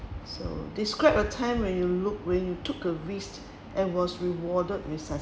so describe a time when you look when you took a risk and was rewarded with